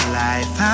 life